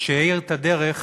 שיאיר את הדרך